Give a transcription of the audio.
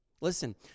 Listen